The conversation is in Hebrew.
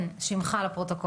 כן, הצג עצמך לפרוטוקול.